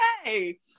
okay